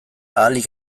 ahalik